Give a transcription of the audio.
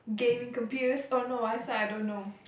gaming computers oh no I suck I don't know